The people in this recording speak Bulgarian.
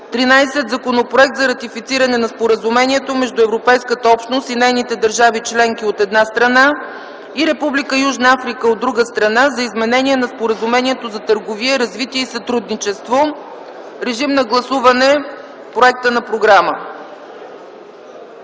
13. Законопроект за ратифициране на Споразумението между Европейската общност и нейните държави членки, от една страна, и Република Южна Африка, от друга страна, за изменение на Споразумението за търговия, развитие и сътрудничество. Моля, гласувайте проекта за програма.